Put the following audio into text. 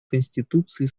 конституции